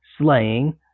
slaying